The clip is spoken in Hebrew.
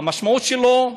והמשמעות שלו: